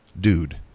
Dude